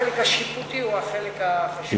החלק השיפוטי הוא החלק החשוב,